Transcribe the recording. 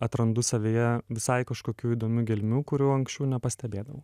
atrandu savyje visai kažkokių įdomių gelmių kurių anksčiau nepastebėdavau